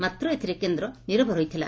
ମାତ୍ର ଏଥିରେ କେନ୍ଦ ନୀରବ ରହିଥିଲା